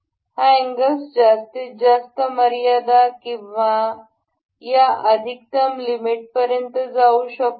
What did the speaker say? हा अँगल्स जास्तीत जास्त मर्यादा किंवा या अधिकतम लिमिट पर्यंत जाऊ शकतो